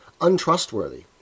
untrustworthy